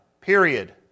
Period